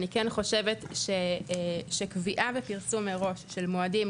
אני כן חושבת שקביעה ופרסום מראש של מועדים,